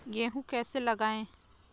गेहूँ कैसे लगाएँ?